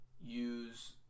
use